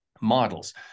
models